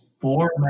Four